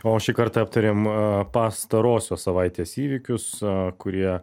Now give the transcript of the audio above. o šį kartą aptariam pastarosios savaitės įvykius kurie